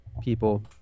people